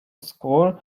school